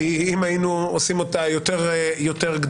כי אם היינו עושים אותה יותר גדולה,